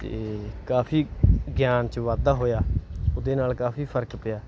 ਅਤੇ ਕਾਫੀ ਗਿਆਨ 'ਚ ਵਾਧਾ ਹੋਇਆ ਉਹਦੇ ਨਾਲ ਕਾਫੀ ਫਰਕ ਪਿਆ